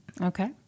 Okay